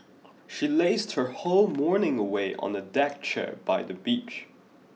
she lazed her whole morning away on a deck chair by the beach